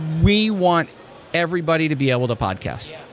we want everybody to be able to podcast,